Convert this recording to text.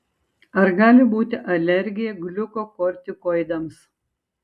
ar gali būti alergija gliukokortikoidams